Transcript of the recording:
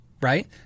right